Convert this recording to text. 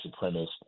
supremacist